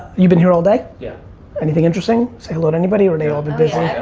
you been here all day? yeah anything interesting? say hello to anybody or they all been busy?